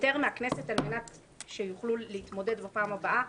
להתפטר מהכנסת על מנת שיוכלו להתמודד בפעם הבאה?